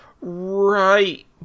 Right